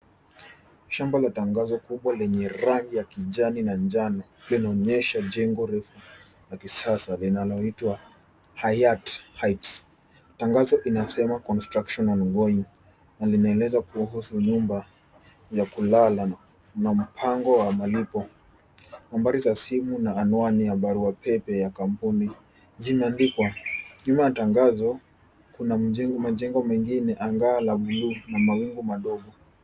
Shamba la tangazo kubwa lenye rangi ya kijani na njano linaonyesha jengo refu la kisasa linaloitwa Hayat Heights. Tangazo inasema construction ongoing na linaeleza kuhusu nyumba ya kulala na mapango wa malipo. Nambari za simu na anwani ya baruapepe ya kampuni zimeandikwa. Nyuma ya tangazo kuna majengo mengine, anga la blue na mawingu madogo.